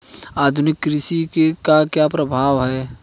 आधुनिक कृषि के क्या प्रभाव हैं?